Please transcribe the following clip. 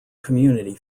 community